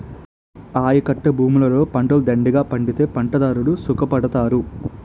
ఆయకట్టభూములలో పంటలు దండిగా పండితే పంటదారుడు సుఖపడతారు